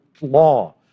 law